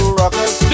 rockers